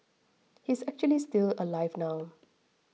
he's actually still alive now